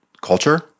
culture